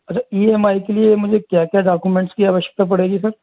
अच्छा E M I के लिए मुझे क्या क्या डॉक्यूमेंट की आवश्यकता पड़ेगी सर